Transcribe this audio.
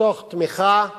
תוך תמיכה בממשלה,